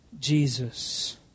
Jesus